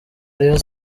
rayon